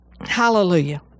Hallelujah